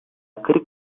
kırk